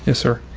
ah sir.